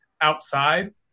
outside